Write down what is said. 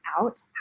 out